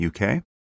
UK